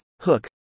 Hook